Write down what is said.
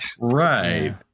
right